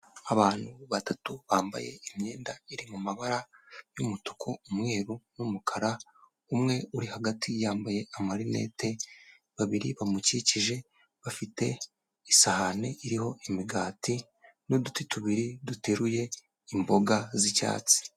Abantu batatu bambaye imyenda iri mumabara y'umutuku umweru n'umukara umwe uri hagati yambaye amarinete babiri bamukikije bafite isahani iriho imigati n'uduti tubiri duteruye imboga z'icyatsi.